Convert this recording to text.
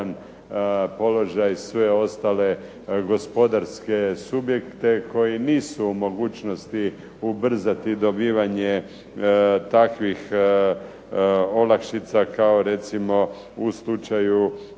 položaj sve ostale gospodarske subjekte koji nisu u mogućnosti ubrzati dobivanje takvih olakšica kao recimo u slučaju